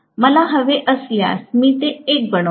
मला हवे असल्यास मी ते 1 बनविते